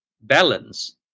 balance